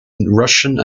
russian